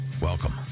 Welcome